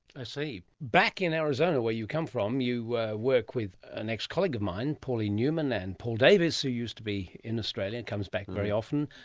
i see. back in arizona, where you come from, you work with an ex-colleague of mine, pauline newman, and paul davies who used to be in australia and comes back very often.